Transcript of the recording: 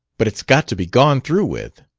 but it's got to be gone through with.